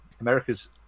America's